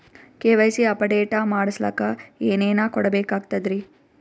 KYC update ಮಾಡಸ್ಲಕ ಏನೇನ ಕೊಡಬೇಕಾಗ್ತದ್ರಿ?